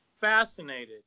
fascinated